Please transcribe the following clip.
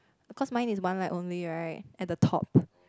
cause mine is one light only right at the top